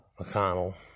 McConnell